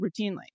routinely